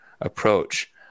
approach